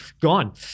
Gone